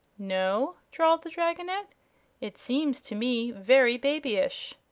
no? drawled the dragonette it seems to me very babyish.